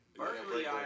Berkeley